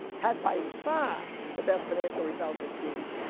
had by far the best financial results in ge.